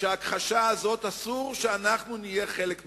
שההכחשה הזאת, אסור שנהיה חלק ממנה,